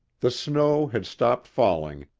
the snow had stopped falling,